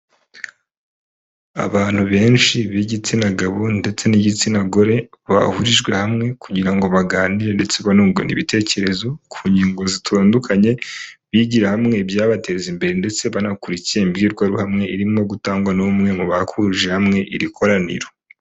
Abantu benshi b'igitsina gabo ndetse n'igitsina gore bahurijwe hamwe kugira ngo baganire ndetse banangurana ibitekerezo ku nyungu zitandukanye, bigira hamwe ibyabateza imbere ndetse banakurikiye imbwirwaruhame irimo gutangwa n'umwe mu bahurije hamwe iri koraniro.